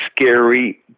scary